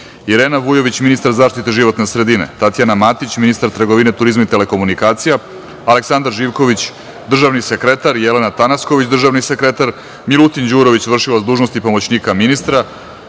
Irena Vujović, ministar zaštite životne sredine, Tatjana Matić, ministar trgovine, turizma i telekomunikacija, Aleksandar Živković, državni sekretar, Jelena Tanasković, državni sekretar, Milutin Đurović, vršilac dužnosti pomoćnika ministra,